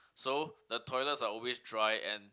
so the toilets are always dry and